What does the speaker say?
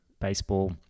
baseball